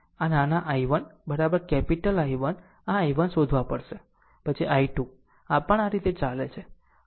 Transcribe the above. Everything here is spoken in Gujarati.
આમ નાના I1 કેપીટલ I1 આ I1 શોધવા પડશે પછી નાનો I2 આ પણ આ રીતે ચાલે છે